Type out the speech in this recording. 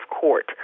court